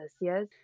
yes